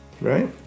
Right